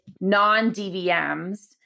non-DVMs